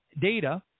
data